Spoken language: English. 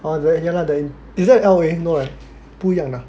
orh then here ya lah then is that L_O_A no ah 不一样的 ah